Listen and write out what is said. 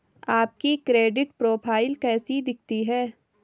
आपकी credit profile कैसी दिखती है?